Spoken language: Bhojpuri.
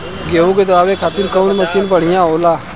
गेहूँ के दवावे खातिर कउन मशीन बढ़िया होला?